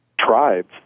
tribes